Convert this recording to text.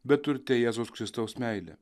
bet turte jėzaus kristaus meilę